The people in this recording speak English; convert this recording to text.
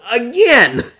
again